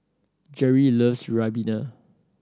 Gerri loves ribena